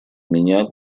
меня